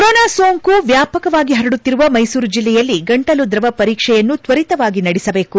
corona ಸೋಂಕು ವ್ಲಾಪಕವಾಗಿ ಹರಡುತ್ತಿರುವ ಮ್ಯೆಸೂರು ಜಿಲ್ಲೆಯಲ್ಲಿ ಗಂಟಲು ದ್ರವ ಪರೀಕ್ಷೆಯನ್ನು ತ್ವರಿತವಾಗಿ ನಡೆಸಬೇಕು